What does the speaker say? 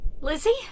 Lizzie